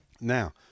Now